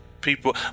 people